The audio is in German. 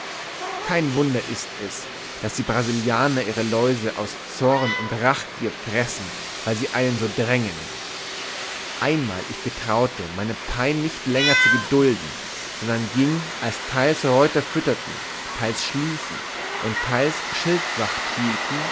kein wunder ist es daß die brasilianer ihre läuse aus zorn und rachgier fressen weil sie einen so drängen einmal ich getraute meine pein nicht länger zu gedulten sondern gieng als teils reuter fütterten teils schliefen und teils schildwacht hielten